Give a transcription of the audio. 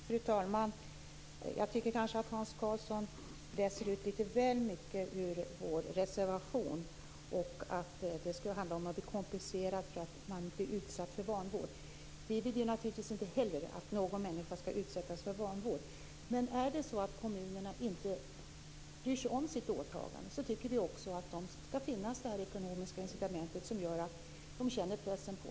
Fru talman! Jag tycker kanske att Hans Karlsson läser ut litet väl mycket ur vår reservation när det gäller att man skulle bli kompenserad när man blir utsatt för vanvård. Vi vill naturligtvis inte heller att någon människa skall utsättas för vanvård. Men är det så att kommunerna inte bryr sig om sitt åtagande tycker vi att det skall finnas det här ekonomiska incitamentet som gör att de känner pressen på sig.